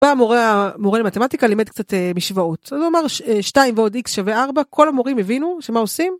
בא מורה למתמטיקה לימד קצת משוואות, אז הוא אמר ששתיים ועוד איקס שווה ארבע, כל המורים הבינו שמה עושים?